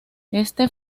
este